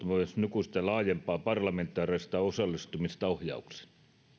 myös puoltavat nykyistä laajempaa parlamentaarista osallistumista ohjaukseen